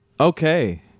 Okay